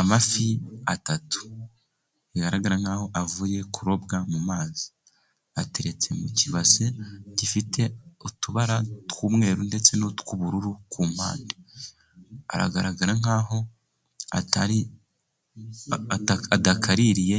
Amafi atatu bigaragara nkaho avuye kurobwa mu mazi. Ateretse mu kibase gifite utubara tw'umweru ndetse n'utw'ubururu ku mpande. Aragaragara nkaho adakaririye,